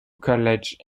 college